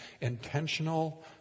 intentional